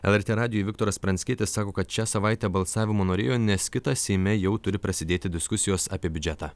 lrt radijui viktoras pranckietis sako kad šią savaitę balsavimo norėjo nes kitą seime jau turi prasidėti diskusijos apie biudžetą